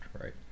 right